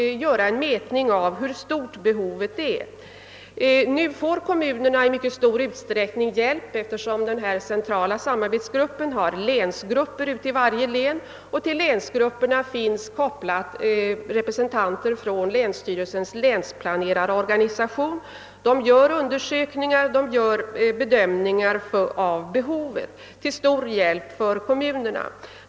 Nu får kommunerna i mycket stor utsträckning hjälp; den centrala samarbetsgruppen har länsgrupper i varje län, och till länsgrupperna finns kopplade representanter från länsstyrelsens länsplanerarorganisation. Dessa gör undersökningar och bedömningar av behovet, till stor hjälp för kommunerna.